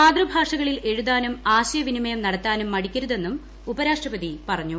മാതൃഭാഷകളിൽ എഴുതാനും ആശയവിനിമയം നടത്താനും മടിക്കരുതെന്നും ഉപരാഷ്ട്രപതി പറഞ്ഞു